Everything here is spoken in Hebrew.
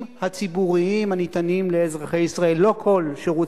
ראשית, חוב.